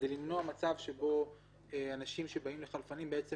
כדי למנוע מצב שבו אנשים שבאים לחלפנים בעצם